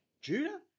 Judah